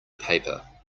paper